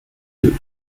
deux